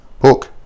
book